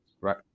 right